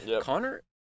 Connor